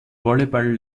volleyball